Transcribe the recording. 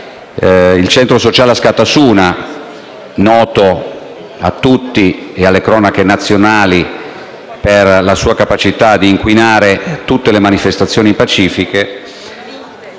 il centro sociale Askatasuna, noto a tutti ed alle cronache nazionali per la sua capacità di inquinare tutte le manifestazioni pacifiche,